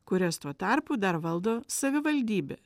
kurias tuo tarpu dar valdo savivaldybė